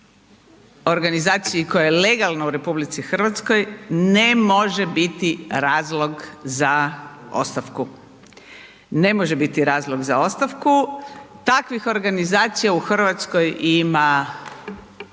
organizaciji koja je legalna u RH ne može biti razlog za ostavku. Ne može biti razlog za ostavku. Takvih organizacija u Hrvatskoj ima